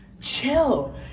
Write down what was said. chill